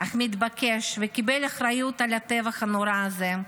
אך מתבקש וקיבל אחריות על הטבח הנורא הזה,